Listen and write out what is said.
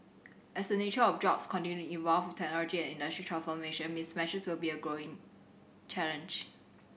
as the nature of jobs continue to evolve with technology and industry transformation mismatches will be a growing challenge